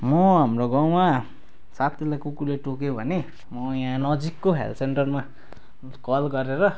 म हाम्रो गाउँमा साथीलाई कुकुरले टोक्यो भने म यहाँ नजिकको हेल्थ सेन्टरमा कल गरेर